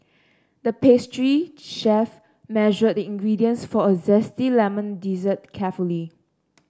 the pastry chef measured the ingredients for a zesty lemon dessert carefully